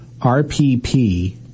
RPP